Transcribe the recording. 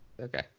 Okay